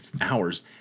hours